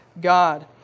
God